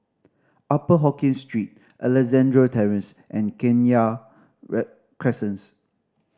Upper Hokkien Street Alexandra Terrace and Kenya Crescents